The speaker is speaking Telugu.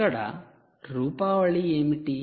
ఇక్కడ రూపావళి ఏమిటి